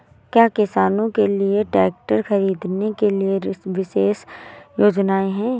क्या किसानों के लिए ट्रैक्टर खरीदने के लिए विशेष योजनाएं हैं?